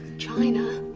china.